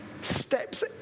steps